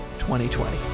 2020